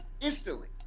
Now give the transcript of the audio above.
instantly